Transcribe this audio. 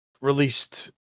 released